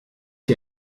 wie